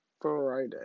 Friday